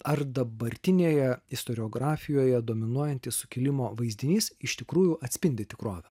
ar dabartinėje istoriografijoje dominuojantis sukilimo vaizdinys iš tikrųjų atspindi tikrovę